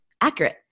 accurate